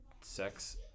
sex